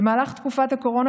במהלך תקופת הקורונה,